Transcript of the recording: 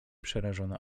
przerażone